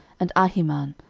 and ahiman,